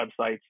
websites